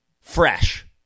fresh